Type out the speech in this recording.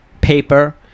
Paper